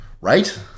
Right